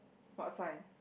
what sign